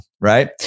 right